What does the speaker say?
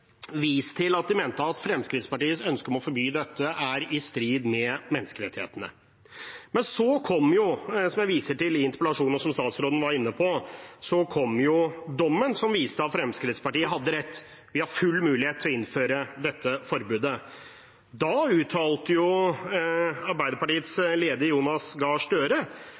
vist til at de mente at Fremskrittspartiets ønske om å forby dette er i strid med menneskerettighetene. Men som jeg viser til i interpellasjonen, og som statsråden var inne på, kom jo dommen som viste at Fremskrittspartiet hadde rett. Vi har full mulighet til å innføre dette forbudet. Da uttalte Arbeiderpartiets leder, Jonas Gahr Støre,